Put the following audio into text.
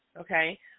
okay